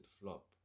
flop